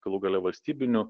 galų gale valstybinių